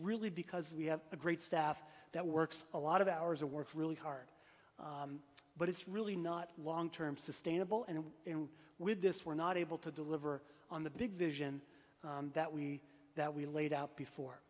really because we have a great staff that works a lot of hours of work really hard but it's really not long term sustainable and and with this we're not able to deliver on the big vision that we that we laid out before